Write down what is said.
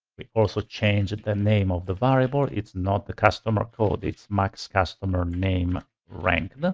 we also change the name of the variable, it's not the customer code, it's max customer name ranked. and